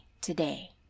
today